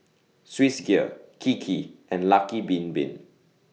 Swissgear Kiki and Lucky Bin Bin